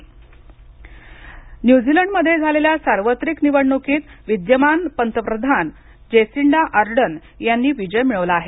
New Zealand निवडणक न्यूझीलंडमध्ये झालेल्या सार्वत्रिक निवडणुकीत विद्यमान पंतप्रधान जेसिंडा आर्डर्न यांनी विजय मिळवला आहे